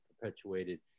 perpetuated